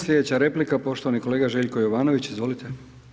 Slijedeća replika poštovani kolega Željko Jovanović, izvolite.